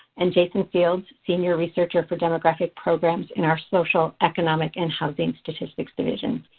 and jason fields, senior researcher for demographic programs in our social, economic, and housing statistics division.